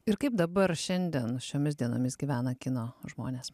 ir kaip dabar šiandien šiomis dienomis gyvena kino žmonės